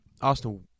Arsenal